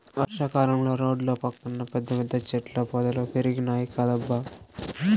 వర్షా కాలంలో రోడ్ల పక్కన పెద్ద పెద్ద చెట్ల పొదలు పెరిగినాయ్ కదబ్బా